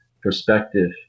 perspective